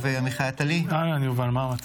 הישיבה הבאה תתקיים מחר,